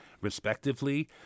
respectively